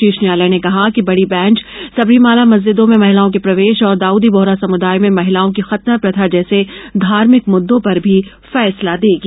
शीर्ष न्यायालय ने कहा कि बड़ी बेंच संबरीमाला मस्जिदों में महिलाओं के प्रवेश और दाउदी बोहरा समुदाय में महिलाओं की खतना प्रथा जैसे धार्मिक मुद्दों पर भी फैसला देगी